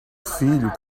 filho